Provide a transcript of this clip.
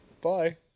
Bye